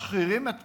משחירים את פניהם.